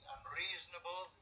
Unreasonable